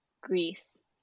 Greece